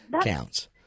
counts